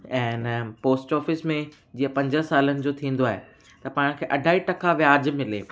ऐं इन post office में जीअं पंज सालनि जो थींदो आहे त पाण खे अढाई टका व्याजु मिले